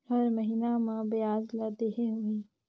हर महीना मा ब्याज ला देहे होही?